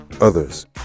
others